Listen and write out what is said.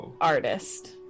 artist